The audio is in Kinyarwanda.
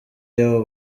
y’abo